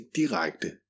direkte